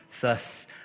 thus